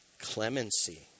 clemency